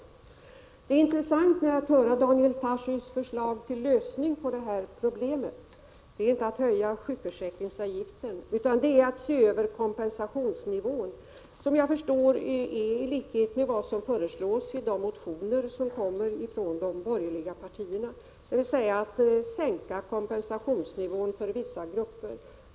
Det är intressant att höra Daniel Tarschys förslag till lösning på problemet. Det är inte att höja sjukförsäkringsavgiften utan det är att se över kompensationsnivån. Jag förstår att sådana förslag också kommer att framföras i motioner från de borgerliga partierna, dvs. att man vill sänka kompensationsnivån för vissa grupper.